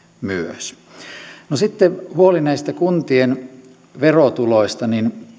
myös sitten huoli näistä kuntien verotuloista